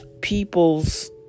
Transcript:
people's